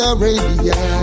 Arabia